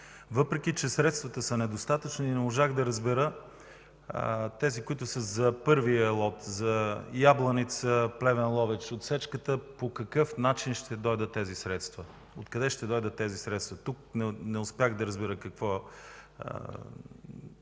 Въпреки че средствата са недостатъчни, не можах да разбера тези, които са за първия лот за Ябланица – Плевен – Ловеч отсечката, по какъв начин ще дойдат тези средства? Откъде ще дойдат тези средства? Тук не успях да разбера в каква